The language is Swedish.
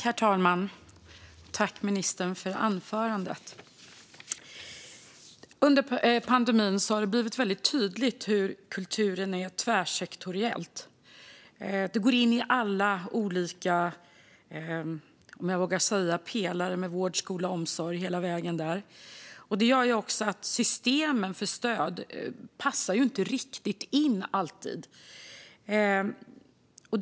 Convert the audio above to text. Herr talman! Tack, ministern, för anförandet! Under pandemin har det blivit tydligt hur tvärsektoriell kulturen är. Den går in i alla olika pelare: vård, skola och omsorg. Det gör att systemen för stöd inte alltid riktigt passar in.